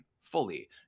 fully